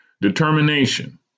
Determination